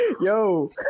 Yo